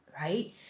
right